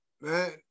man